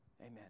Amen